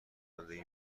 رانندگی